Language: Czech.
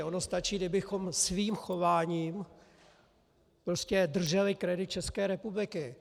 Ono stačí, kdybychom svým chováním drželi kredit České republiky.